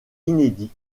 inédits